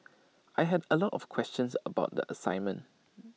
I had A lot of questions about the assignment